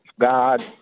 God